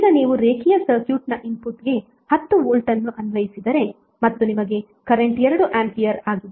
ಈಗ ನೀವು ರೇಖೀಯ ಸರ್ಕ್ಯೂಟ್ನ ಇನ್ಪುಟ್ಗೆ 10 ವೋಲ್ಟ್ ಅನ್ನು ಅನ್ವಯಿಸಿದರೆ ಮತ್ತು ನಿಮಗೆ ಕರೆಂಟ್ 2 ಆಂಪಿಯರ್ ಆಗಿದೆ